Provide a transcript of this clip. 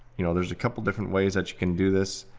you know there's a couple different ways that you can do this,